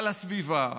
על הסביבה,